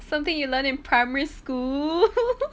something you learn in primary school